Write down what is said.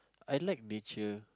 I like nature